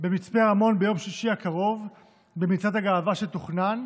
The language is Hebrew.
במצפה רמון ביום שישי הקרוב במצעד הגאווה שתוכנן,